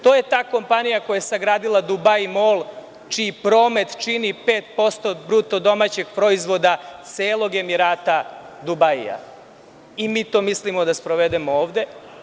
To je ta kompanija koja je sagradila Dubai mol, čiji promet čini 5% BDP celog Emirata Dubaia, i mi to mislimo da sprovedemo ovde.